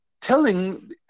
telling